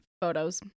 photos